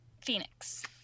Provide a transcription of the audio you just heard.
Phoenix